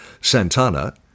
Santana